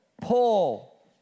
Paul